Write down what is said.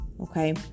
okay